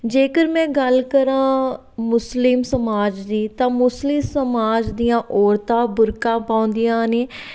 ਜੇਕਰ ਮੈਂ ਗੱਲ ਕਰਾਂ ਮੁਸਲਿਮ ਸਮਾਜ ਦੀ ਤਾਂ ਮੁਸਲਿਮ ਸਮਾਜ ਦੀਆਂ ਔਰਤਾਂ ਬੁਰਕਾ ਪਾਉਂਦੀਆਂ ਨੇ